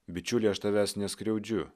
bičiuli aš tavęs neskriaudžiu